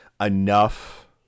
enough